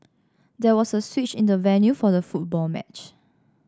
there was a switch in the venue for the football match